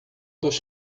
dos